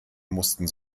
mussten